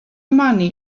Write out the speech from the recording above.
money